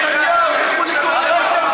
מפלגת נתניהו נהייתם,